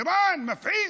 איראן, מפחיד.